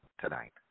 tonight